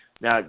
Now